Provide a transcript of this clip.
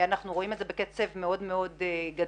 אנחנו רואים שזה כך בקצב מאוד מאוד גדול.